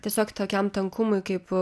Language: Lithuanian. tiesiog tokiam tankumui kaip